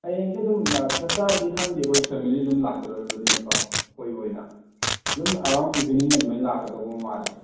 ꯍꯌꯦꯡꯁꯦ ꯑꯗꯨꯝ ꯆꯞ ꯆꯥꯕꯗꯤ ꯈꯪꯗꯦ ꯑꯩꯈꯣꯏ ꯐꯦꯃꯤꯂꯤ ꯑꯗꯨꯝ ꯂꯥꯛꯀꯗꯧꯔꯤꯕꯅꯤꯅꯀꯣ ꯀꯣꯏꯕ ꯑꯣꯏꯅ ꯑꯗꯨꯝ ꯑꯔꯥꯎꯟ ꯏꯕꯤꯅꯤꯡ ꯑꯗꯨꯃꯥꯏꯅ ꯂꯥꯛꯀꯗꯧꯕ ꯃꯥꯜꯂꯦ